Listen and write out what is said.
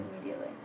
immediately